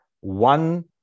One